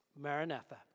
Maranatha